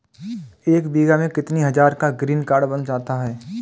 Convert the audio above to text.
एक बीघा में कितनी हज़ार का ग्रीनकार्ड बन जाता है?